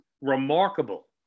remarkable